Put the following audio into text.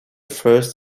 first